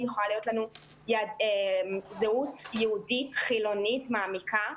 יכולה להיות לנו זהות יהודית חילונית מעמיקה,